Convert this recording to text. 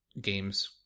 games